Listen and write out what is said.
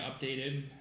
updated